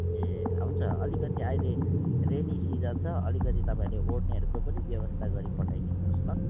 ए हुन्छ अलिकति अहिले रेनी सिजन छ अलिकति तपाईँहरूले ओढ्नेहरूको पनि व्यवस्था गरिपठाइदिनुहोस् ल